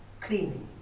Cleaning